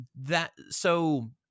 that—so